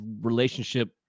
relationship